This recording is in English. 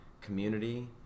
Community